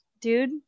dude